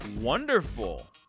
wonderful